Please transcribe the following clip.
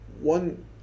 One